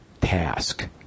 task